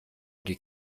die